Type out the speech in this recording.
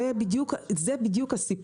זה בדיוק הסיפור,